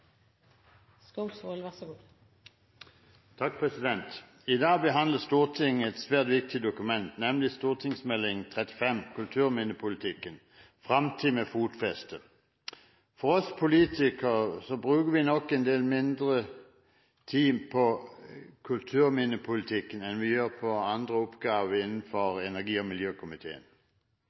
svært viktig dokument, nemlig Meld. St. 35 for 2012–2013, Framtid med fotfeste, Kulturminnepolitikken. Vi politikere bruker nok en del mindre tid på kulturminnepolitikken enn vi gjør på andre oppgaver i energi- og miljøkomiteen.